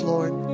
Lord